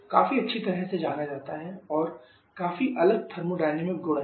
काफी अच्छी तरह से जाना जाता है और काफी अलग थर्मोडायनामिक गुण हैं